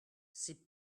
c’est